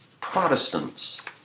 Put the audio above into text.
Protestants